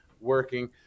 working